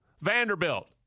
Vanderbilt